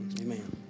Amen